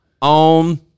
on